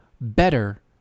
better